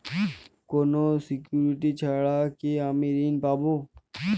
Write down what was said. কোনো সিকুরিটি ছাড়া কি আমি ঋণ পাবো?